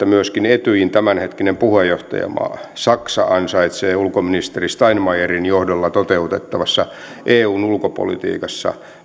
myöskin etyjin tämänhetkinen puheenjohtajamaa saksa ansaitsee ulkoministeri steinmeierin johdolla toteutettavassa eun ulkopolitiikassa